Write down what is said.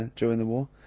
during the war,